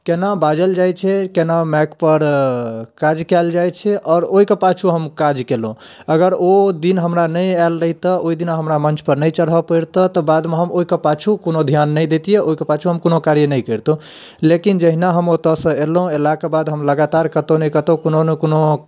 केना बाजल जाइत छै केना माइक पर काज कैल जाइत छै आओर ओहि कऽ पाछु हम काज कयलहुँ अगर ओ दिन हमरा नहि आएल रहितऽ ओहि दिनऽ हमरा मञ्च पर नहि चढ़ऽ पड़ितऽ तऽ बादमे हम ओहिके पाछु कोनो ध्यान नहि दितियै ओहिके पाछु हम कोनो कार्य नहि करितहुँ लेकिन जहिना हम ओतऽसँ अयलहुँ अयलाकऽ बाद हम लगातार कतहुँ ने कतहुँ कोनो ने कोनो